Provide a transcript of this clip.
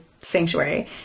sanctuary